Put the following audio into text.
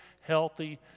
healthy